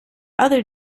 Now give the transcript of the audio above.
other